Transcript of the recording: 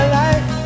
life